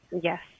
Yes